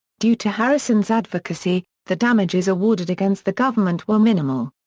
due to harrison's advocacy, the damages awarded against the government were minimal.